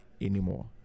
anymore